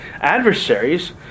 adversaries